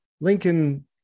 Lincoln